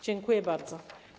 Dziękuję bardzo.